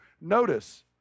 notice